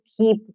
keep